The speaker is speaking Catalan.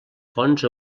fonts